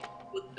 ברכב עם איש צוות,